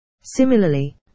Similarly